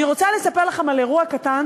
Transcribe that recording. אני רוצה לספר לכם על אירוע קטן